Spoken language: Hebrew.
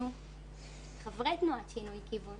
אנחנו חברי תנועת שינוי כיוון